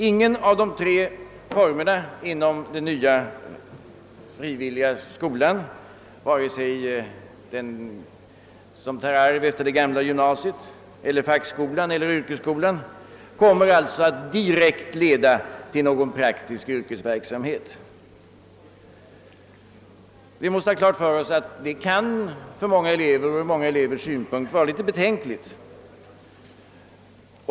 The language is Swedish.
Ingen av de tre formerna inom den nya frivilliga skolan, vare sig den som tar arv efter det gamla gymnasiet eller fackskolan eller yrkesskolan, kommer således att direkt leda till någon praktisk yrkesverksamhet. Vi måste ha klart för oss att det ur många elevers synpunkt kan vara litet betänkligt.